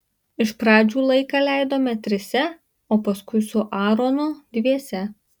iš pradžių laiką leidome trise o paskui su aaronu dviese